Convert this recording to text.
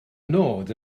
nod